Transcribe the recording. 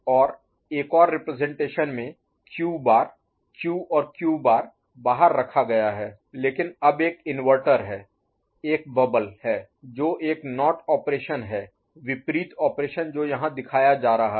और एक और रिप्रजेंटेशन में Q बार - Q और Q बार बाहर रखा गया है लेकिन अब एक इन्वर्टर है एक बबल Bubble बुलबुला है जो एक नॉट ऑपरेशन है विपरीत ऑपरेशन जो यहां दिखाया जा रहा है